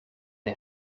een